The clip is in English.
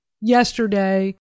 yesterday